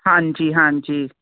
ਹਾਂਜੀ ਹਾਂਜੀ